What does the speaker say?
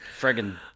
friggin